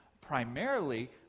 primarily